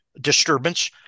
disturbance